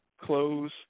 close